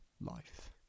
life